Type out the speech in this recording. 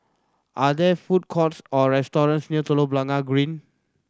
are there food courts or restaurants near Telok Blangah Green